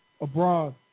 abroad